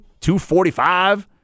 245